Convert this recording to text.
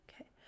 Okay